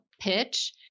pitch